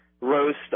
roast